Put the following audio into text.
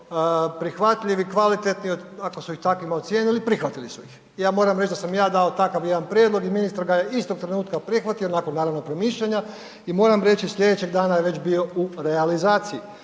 prihvatljivi, kvalitetni, ako su ih takvima ocijenili, prihvatili su ih. Ja moram reć da sam ja dao takav jedan prijedlog i ministar ga je istog trenutka prihvatio nakon naravno promišljanja i moram reći slijedećeg dana je već bio u realizaciji,